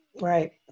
right